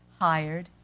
hired